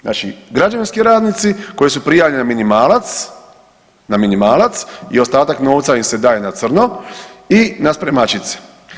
Znači građevinski radnici koji su prijavljeni na minimalac, na minimalac i ostatak novca im se daje na crno i na spremačice.